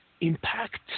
impact